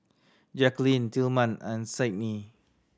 Jaquelin Tilman and Sydni